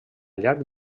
llarg